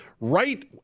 right